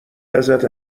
ازت